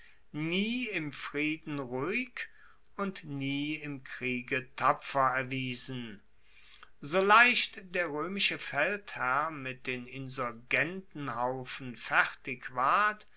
nie im frieden ruhig und nie im kriege tapfer erwiesen so leicht der roemische feldherr mit den insurgentenhaufen fertig ward